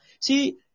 See